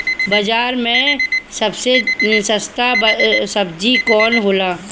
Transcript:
बाजार मे सबसे सस्ता सबजी कौन होला?